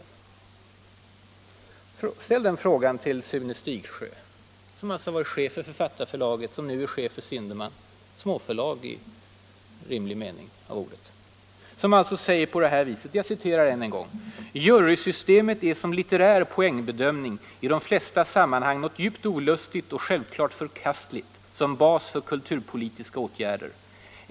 Ja, ställ den frågan till Sune Stigsjöö, som varit chef för Författarförlaget och som nu är chef för Zindermans; småförlag i ordets rimliga mening. Jag citerar honom ännu en gång: ”Jurysystemet är som litterär poängbedömning i de flesta sammanhang något djupt olustigt och självklart förkastligt som bas för kulturpolitiska åtgärder.